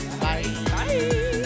Bye